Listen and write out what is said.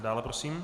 Dále prosím.